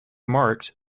marked